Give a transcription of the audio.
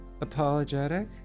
apologetic